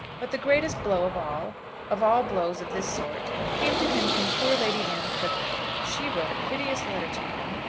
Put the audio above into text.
but the greatest blow of all of all blows of this sort came to him from poor lady anne clifford. she wrote a piteous letter to him,